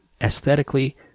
Aesthetically